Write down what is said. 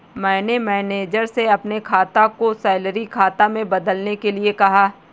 मैंने मैनेजर से अपने खाता को सैलरी खाता में बदलने के लिए कहा